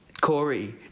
Corey